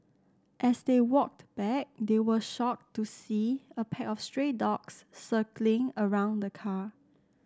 as they walked back they were shocked to see a pack of stray dogs circling around the car